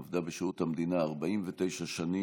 היא עבדה בשירות המדינה 49 שנים,